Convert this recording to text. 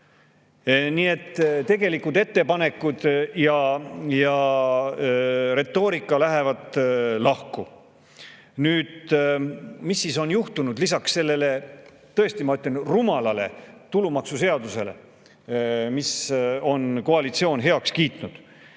Nii et tegelikud ettepanekud ja retoorika lähevad lahku. Mis siis on juhtunud lisaks sellele tõesti, ma ütlen, rumalale tulumaksuseadusele, mille koalitsioon on heaks kiitnud?